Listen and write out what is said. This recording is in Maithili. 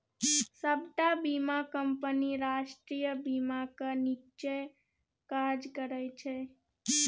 सबटा बीमा कंपनी राष्ट्रीय बीमाक नीच्चेँ काज करय छै